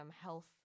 health